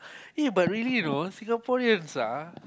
eh but really you know Singaporeans ah